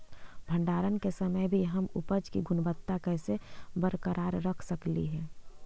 भंडारण के समय भी हम उपज की गुणवत्ता कैसे बरकरार रख सकली हे?